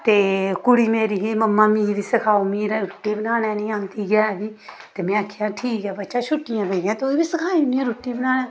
ते कुड़ी मेरी ही ममां मिगी सिखाओ मी रुटी बनाना नेईं औंदी ऐ ते में आखेआ ठीक ऐ बच्चा छुटिया पेइयां तुगी बी सिखाई ओड़नी आं रुटी बनाना